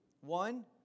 One